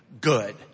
good